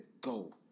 Go